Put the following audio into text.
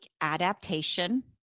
adaptation